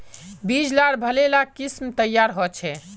बीज लार भले ला किसम तैयार होछे